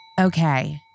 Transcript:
Okay